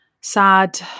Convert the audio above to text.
sad